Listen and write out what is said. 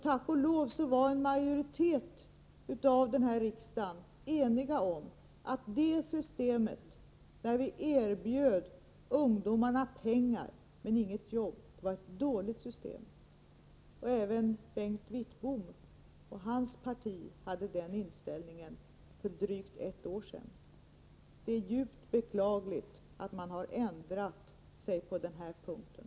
Tack och lov var en majoritet här i riksdagen ense om att systemet att erbjuda ungdomarna pengar men inget jobb var ett dåligt system. Även Bengt Wittbom och hans parti hade den inställningen för drygt ett år sedan. Det är djupt beklagligt att man har ändrat sig på den punkten.